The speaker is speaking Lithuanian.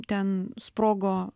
ten sprogo